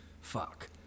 fuck